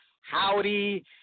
Howdy